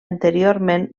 anteriorment